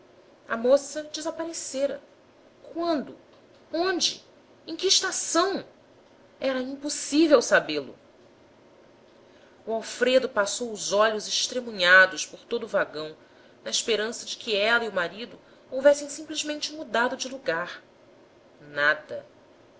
a moça desaparecera quando onde em que estação era impossível sabê-lo o alfredo passou os olhos estremunhados por todo o vagão na esperança de que ela e o marido houvessem simplesmente mudado de lugar nada